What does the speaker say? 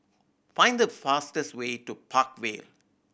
find the fastest way to Park Vale